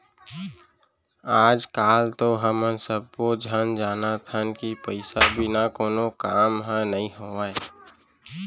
आज काल तो हमन सब्बो झन जानत हन कि पइसा बिना कोनो काम ह नइ होवय